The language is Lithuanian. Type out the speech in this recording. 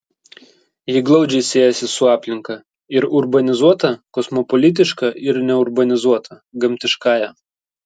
ji glaudžiai siejasi su aplinka ir urbanizuota kosmopolitiška ir neurbanizuota gamtiškąja